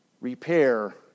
repair